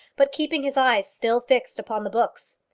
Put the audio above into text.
but keeping his eye still fixed upon the books.